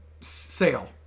sale